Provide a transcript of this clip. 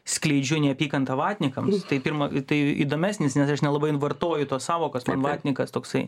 skleidžiu neapykantą vatnikams tai pirma tai įdomesnis nes aš nelabai n vartoju tos sąvokos vatnikas toksai